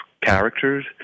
characters